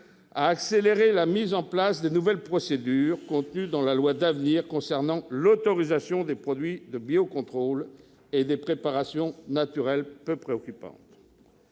à accélérer la mise en place des nouvelles procédures prévues par la loi d'avenir concernant l'autorisation des produits de biocontrôle et des préparations naturelles peu préoccupantes.